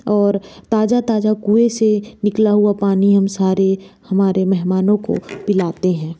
और ताज़ा ताज़ा कुएं से निकला हुआ पानी हम सारे हमारे महमानों को पिलाते हैं